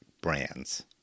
brands